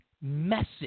message